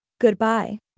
goodbye